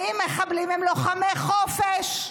האם מחבלים הם לוחמי חופש?